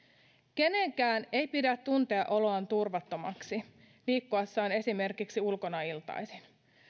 kenenkään ei pidä tuntea oloaan turvattomaksi liikkuessaan esimerkiksi ulkona iltaisin